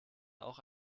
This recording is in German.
auch